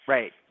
Right